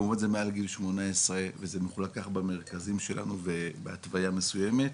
כמובן זה מעל גיל 18 וזה מחולק במרכזים שלנו ובהתוויה מסוימת,